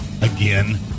Again